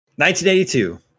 1982